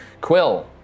Quill